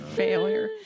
failure